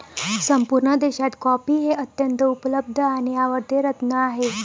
संपूर्ण देशात कॉफी हे अत्यंत उपलब्ध आणि आवडते रत्न आहे